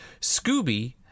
Scooby